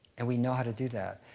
and we know how to do that.